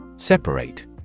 Separate